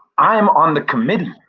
i am on the committee.